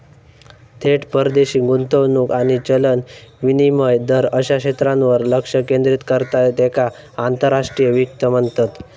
थेट परदेशी गुंतवणूक आणि चलन विनिमय दर अश्या क्षेत्रांवर लक्ष केंद्रित करता त्येका आंतरराष्ट्रीय वित्त म्हणतत